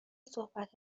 صحبت